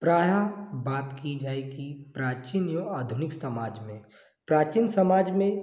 प्राय बात की जाए कि प्राचीन और आधुनिक समाज में प्राचीन समाज में